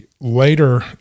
later